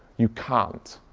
you can't.